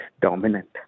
dominant